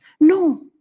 No